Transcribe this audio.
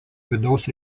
vidaus